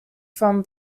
from